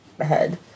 head